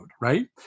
right